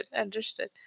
Understood